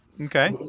okay